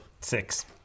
Six